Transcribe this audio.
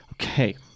Okay